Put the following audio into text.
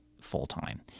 full-time